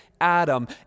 Adam